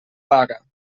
paga